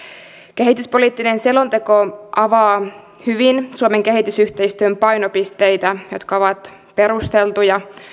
kehityspoliittinen selonteko avaa hyvin suomen kehitysyhteistyön painopisteitä jotka ovat perusteltuja